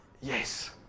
yes